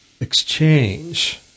exchange